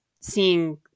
seeing